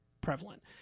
prevalent